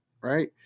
right